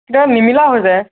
নিমিলা হৈ যায়